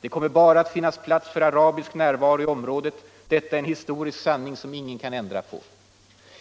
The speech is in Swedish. Det kommer bara att finnas plats för arabisk närvaro i området, eftersom detta är en historisk sanning som ingen kan ändra på.”